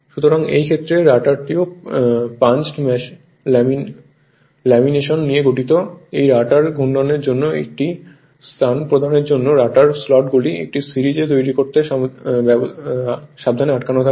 সুতরাং এই ক্ষেত্রে রটারটিও পাঞ্চড লেমিনেশন নিয়ে গঠিত হয় এইগুলি রটার ঘূর্ণনের জন্য একটি স্থান প্রদানের জন্য রটার স্লটগুলির একটি সিরিজ তৈরি করতে সাবধানে আটকে থাকে